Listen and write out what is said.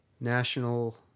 national